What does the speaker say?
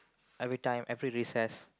every time every recess